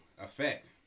effect